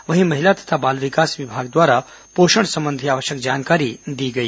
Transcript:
वहीं महिला तथा बाल विकास विभाग द्वारा पोषण संबंधी आवश्यक जानकारी दी गई